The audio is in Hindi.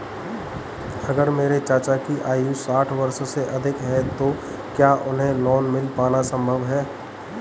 अगर मेरे चाचा की आयु साठ वर्ष से अधिक है तो क्या उन्हें लोन मिल पाना संभव है?